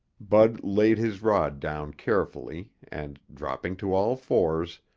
bud laid his rod down carefully and, dropping to all fours,